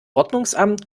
ordnungsamt